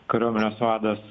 kariuomenės vadas